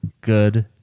good